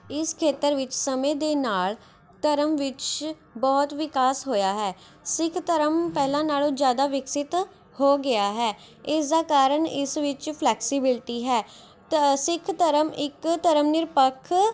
ਇਸ ਖੇਤਰ ਵਿੱਚ ਸਮੇਂ ਦੇ ਨਾਲ਼ ਧਰਮ ਵਿੱਚ ਬਹੁਤ ਵਿਕਾਸ ਹੋਇਆ ਹੈ ਸਿੱਖ ਧਰਮ ਪਹਿਲਾਂ ਨਾਲ਼ੋਂ ਜ਼ਿਆਦਾ ਵਿਕਸਿਤ ਹੋ ਗਿਆ ਹੈ ਇਸ ਦਾ ਕਾਰਨ ਇਸ ਵਿੱਚ ਫਲੈਕਸੀਬਿਲਟੀ ਹੈ ਸਿੱਖ ਧਰਮ ਇੱਕ ਧਰਮ ਨਿਰਪੱਖ